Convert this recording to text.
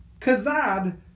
Kazad